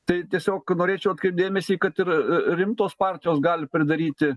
tai tiesiog norėčiau atkreipt dėmesį kad ir rimtos partijos gali pridaryti